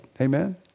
Amen